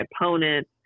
opponent